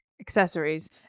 Accessories